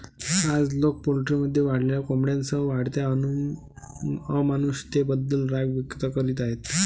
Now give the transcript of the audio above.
आज, लोक पोल्ट्रीमध्ये वाढलेल्या कोंबड्यांसह वाढत्या अमानुषतेबद्दल राग व्यक्त करीत आहेत